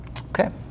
Okay